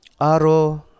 Aro